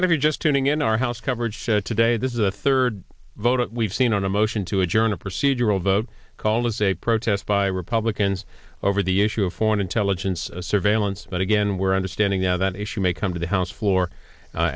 and if you're just tuning in our house coverage today this is the third vote we've seen on a motion to adjourn a procedural vote called as a protest by republicans over the issue of foreign intelligence surveillance but again we're understanding now that issue may come to the house floor a